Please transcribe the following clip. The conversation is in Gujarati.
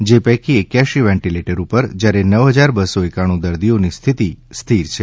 જે પૈકી એક્યાંસી વેન્ટીલેટર ઉપર જ્યારે નવ હજાર બસો એકાણું દર્દીઓની સ્થિતિ સ્થિર છે